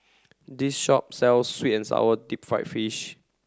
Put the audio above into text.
this shop sells sweet and sour deep fried fish